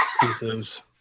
pieces